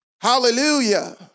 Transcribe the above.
hallelujah